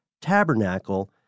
tabernacle